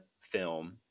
film